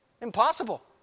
Impossible